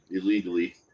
illegally